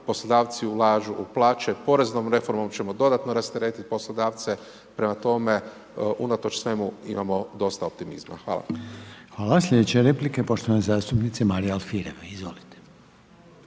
poslodavci ulažu u plaće, poreznom reformom ćemo dodatno rasteretit poslodavce, prema tome, unatoč svemu imamo dosta optimizma. Hvala. **Reiner, Željko (HDZ)** Hvala. Sljedeća replika poštovane zastupnice Marije Alfirev, izvolite.